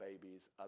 babies